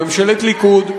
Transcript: התקבלה בממשלת ליכוד,